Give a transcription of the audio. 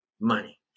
money